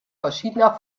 verschiedener